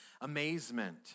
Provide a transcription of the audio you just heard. amazement